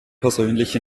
persönlich